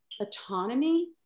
autonomy